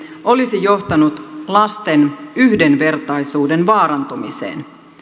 olisi johtanut lasten yhdenvertaisuuden vaarantumiseen